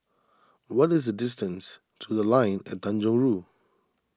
what is the distance to the Line At Tanjong Rhu